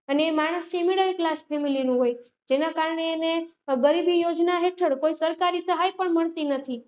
અને એ માણસ જે મિડલ ક્લાસ ફેમિલીનું હોય જેના કારણે એને ગરીબી યોજના હેઠળ કોઈ સરકારી સહાય પણ મળતી નથી